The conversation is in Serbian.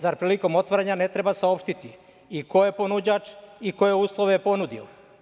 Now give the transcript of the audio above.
Zar prilikom otvaranja ne treba saopštiti i ko je ponuđač i koje je uslove ponudio?